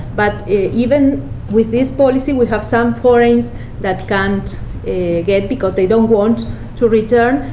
but even with this policy, we have some foreigns that can't get, because they don't want to return.